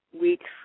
weeks